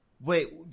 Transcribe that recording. Wait